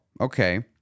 okay